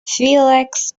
felix